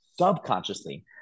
subconsciously